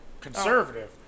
conservative